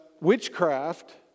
witchcraft